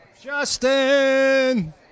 Justin